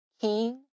king